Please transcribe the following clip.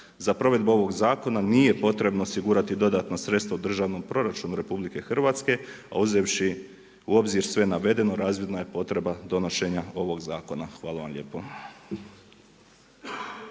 Za provedbu ovog zakona nije potrebno osigurati dodatna sredstva u državnom proračunu RH, a uzevši u obzir sve navedeno razvidna je potreba donošenja ovog zakona. Hvala vam lijepo.